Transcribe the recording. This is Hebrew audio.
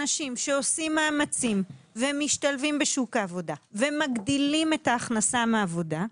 אנשים שעושים מאמצים ומשתלבים בשוק העבודה ומגדילים את ההכנסה מעבודה,